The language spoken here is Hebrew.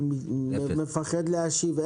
אני מפחד להשיב.